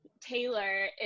Taylor